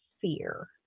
fear